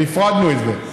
והפרדנו את זה.